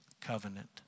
covenant